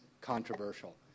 controversial